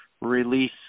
release